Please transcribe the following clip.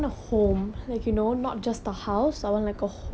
dude do you know what's the meaning of home and house